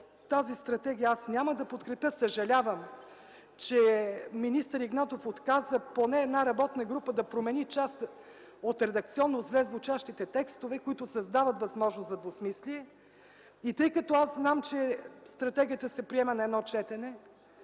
тази стратегия. Съжалявам, че министър Игнатов отказва една работна група да промени поне част от редакционно зле звучащите текстове, които създават възможност за двусмислие и тъй като знам, че стратегията се приема на едно четене